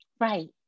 Right